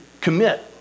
commit